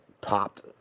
popped